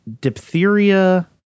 diphtheria